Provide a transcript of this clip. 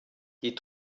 die